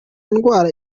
ndwara